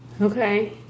Okay